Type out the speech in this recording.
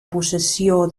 possessió